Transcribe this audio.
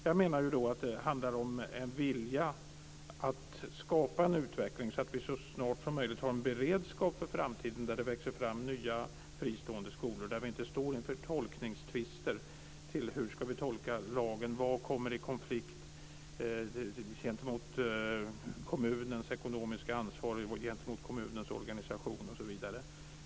Jag menar då att det handlar om en vilja att skapa en utveckling så att vi så snart som möjligt har en beredskap för framtiden, då det växer fram nya fristående skolor och då vi inte står inför tolkningstvister som gäller hur vi ska tolka lagen, vad som kommer i konflikt med kommunens ekonomiska ansvar, med kommunens organisation osv.